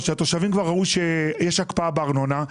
שכשהם ראו שיש הקפאה בארנונה,